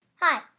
Hi